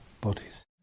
bodies